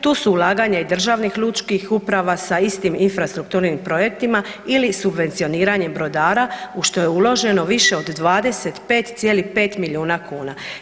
Tu su ulaganja i državnih lučkih uprava sa istim infrastrukturnim projektima ili subvencioniranje brodara u što je uloženo više od 25,5 milijuna kuna.